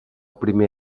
primer